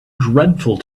dreadful